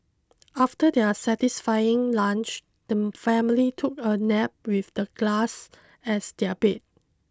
after their satisfying lunch the family took a nap with the glass as their bed